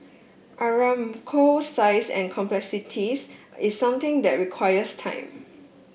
Aramco's size and complexities is something that requires time